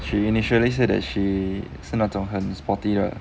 she initially said that she 是那种很 sporty 的